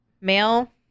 male